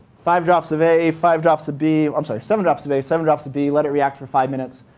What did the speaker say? five drops of a, five drops of b i'm sorry, seven drops of a, seven drops of b. let it react for five minutes,